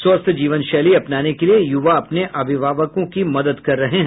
स्वस्थ जीवन शैली अपनाने के लिए युवा अपने अभिभावकों की मदद कर रहे हैं